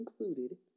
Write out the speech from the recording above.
included